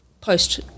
post